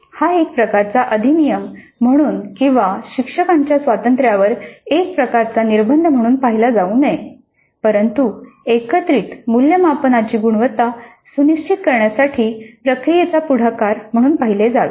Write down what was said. हा एक प्रकारचा अधिनियम म्हणून किंवा शिक्षकांच्या स्वातंत्र्यावर एक प्रकारचा निर्बंध म्हणून पाहिला जाऊ नये परंतु एकत्रित मूल्यमापनाची गुणवत्ता सुनिश्चित करण्यासाठी प्रक्रियेचा पुढाकार म्हणून पाहिले जावे